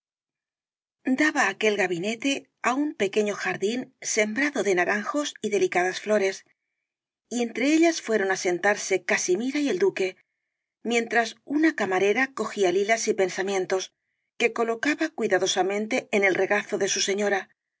daba aquel gabinete á un pequeño jardín sembrado de naranjos y delicadas flores y entre ellas fueron á sentarse casimira y el duque mientras una camarera cogía lilas y pensamientos que colocaba cuidadosamente en el regazo de su señora